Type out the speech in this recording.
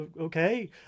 okay